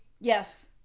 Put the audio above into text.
Yes